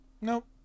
Nope